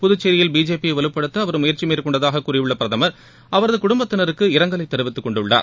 புதுச்சேரியில் பிஜேபியை வலுப்படுத்த அவர் முயற்சி மேற்கொண்டதாக கூறியுள்ள பிரதமர் அவரது குடும்பத்தினருக்கு இரங்கலை தெரிவித்து கொண்டுள்ளார்